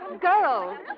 Girls